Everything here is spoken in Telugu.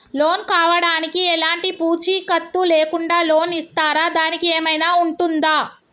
లోన్ కావడానికి ఎలాంటి పూచీకత్తు లేకుండా లోన్ ఇస్తారా దానికి ఏమైనా ఉంటుందా?